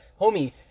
homie